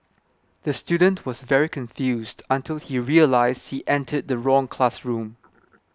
the student was very confused until he realised he entered the wrong classroom